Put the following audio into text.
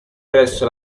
presso